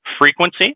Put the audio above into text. frequency